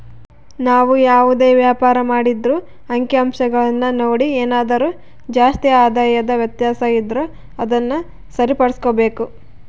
ನಾವು ಯಾವುದೇ ವ್ಯಾಪಾರ ಮಾಡಿದ್ರೂ ಅಂಕಿಅಂಶಗುಳ್ನ ನೋಡಿ ಏನಾದರು ಜಾಸ್ತಿ ಆದಾಯದ ವ್ಯತ್ಯಾಸ ಇದ್ರ ಅದುನ್ನ ಸರಿಪಡಿಸ್ಕೆಂಬಕು